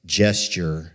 gesture